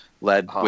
led